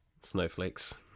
snowflakes